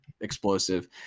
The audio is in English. explosive